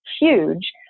huge